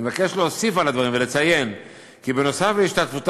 אני מבקש להוסיף על הדברים ולציין כי נוסף על ההשתתפות